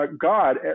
God